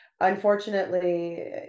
unfortunately